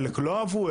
חלק לא אהבו.